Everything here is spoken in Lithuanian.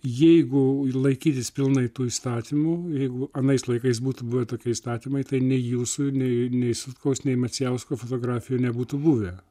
jeigu laikytis pilnai tų įstatymų jeigu anais laikais būtų buvę tokie įstatymai tai nei jūsų nei nei sutkaus macijausko fotografijų nebūtų buvę